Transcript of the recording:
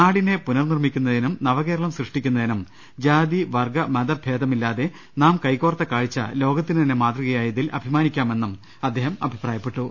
നാടിനെ പുനർനിർമ്മിക്കുന്നതിനും നവകേരളം സൃഷ്ടിക്കുന്നതിനും ജാതി വർഗ മതഭേദമില്ലാതെ നാം കൈകോർത്ത കാഴ്ച ലോകത്തിനു തന്നെ മാതൃകയായതിൽ അഭിമാനിക്കാമെന്നും അദ്ദേഹം അഭിപ്രായപ്പെട്ടു